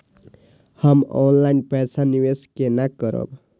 हम ऑनलाइन पैसा निवेश केना करब?